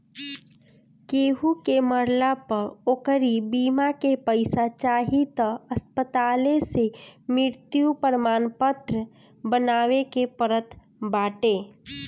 केहू के मरला पअ ओकरी बीमा के पईसा चाही तअ अस्पताले से मृत्यु प्रमाणपत्र बनवावे के पड़त बाटे